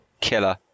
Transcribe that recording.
killer